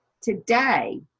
Today